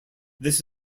this